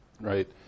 right